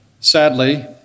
Sadly